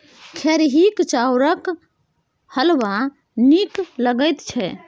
खेरहीक चाउरक हलवा नीक लगैत छै